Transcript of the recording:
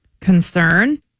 Concern